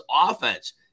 offense